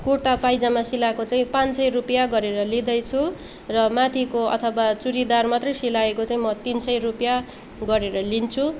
kurta pyjama सिलाएको चाहिँ पाच सय रुपियाँ गरेर लिँदैछु र माथिको अथवा चुरिदार मात्रै सिलाएको चाहिँ म तिन सय रुपियाँ गरेर लिन्छु